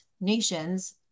nations